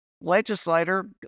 legislator